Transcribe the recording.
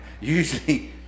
usually